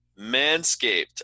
Manscaped